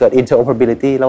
interoperability